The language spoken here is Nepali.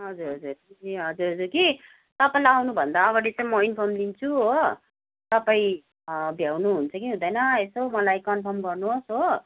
हजुर हजुर ए हजुर हजुर कि तपाईँलाई आउनुभन्दा अगाडि चाहिँ म इन्फर्म दिन्छु हो तपाईँ अँ भ्याउनु हुन्छ कि हुँदैन यसो मलाई कन्फर्म गर्नुहोस् हो